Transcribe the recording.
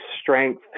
strength